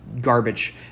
garbage